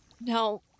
No